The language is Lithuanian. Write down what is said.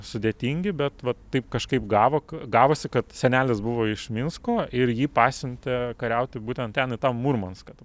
sudėtingi bet va taip kažkaip gavo gavosi kad senelis buvo iš minsko ir jį pasiuntė kariauti būtent ten į tą murmanską